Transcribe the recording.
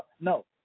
No